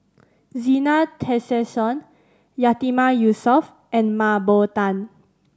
Zena Tessensohn Yatiman Yusof and Mah Bow Tan